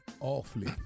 awfully